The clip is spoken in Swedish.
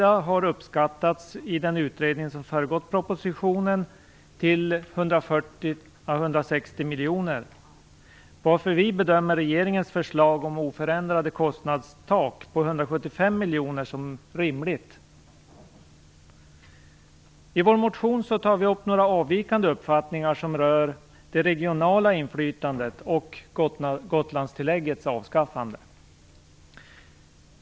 Detta har i den utredning som föregått propositionen uppskattats motsvara 140-160 miljoner kronor, varför vi bedömer regeringens förslag om ett oförändrat kostnadstak vid 175 miljoner kronor som rimligt. I vår motion tar vi upp några avvikande uppfattningar som rör det regionala inflytandet och Gotlandstilläggets avskaffande.